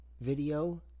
video